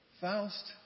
Faust